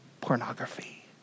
pornography